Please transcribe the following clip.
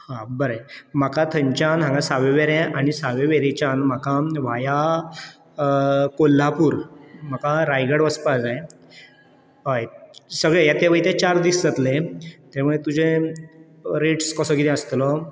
हा बरें म्हाका थंयच्यान हांगा सावयवेऱ्या आनी सावयवेरेंच्यान म्हाका व्हाया कोल्हापूर म्हाका रायगड वचपा जाय हय सगले येते वयते चार दीस जातले ते मुळे तुजे रेट्स कसो किदें आसतलो